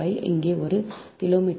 5 இங்கே ஒரு கிலோமீட்டருக்கு 0